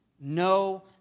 No